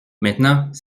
maintenant